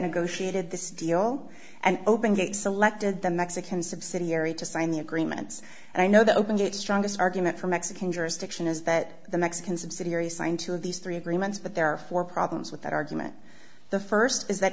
negotiated this deal and open get selected the mexican subsidiary to sign the agreements and i know that opened its strongest argument for mexican jurisdiction is that the mexican subsidiary signed two of these three agreements but there are four problems with that argument the first is that